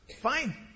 Fine